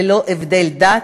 ללא הבדל דת,